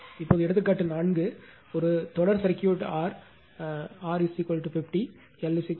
இப்போது எடுத்துக்காட்டு 4 ஒரு தொடர் சர்க்யூட் R 50 L 0